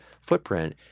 footprint